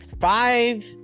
five